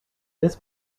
this